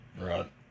Right